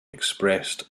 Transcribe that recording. expressed